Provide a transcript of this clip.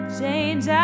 change